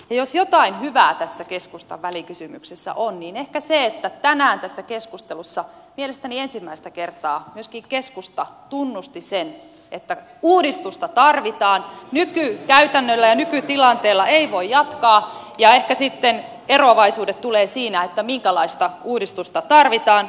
jos jotain hyvää tässä keskustan välikysymyksessä on niin ehkä se että tänään tässä keskustelussa mielestäni ensimmäistä kertaa myöskin keskusta tunnusti sen että uudistusta tarvitaan nykykäytännöillä ja nykytilanteella ei voi jatkaa ja ehkä sitten eroavaisuudet tulevat siinä minkälaista uudistusta tarvitaan